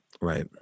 Right